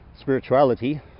spirituality